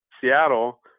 Seattle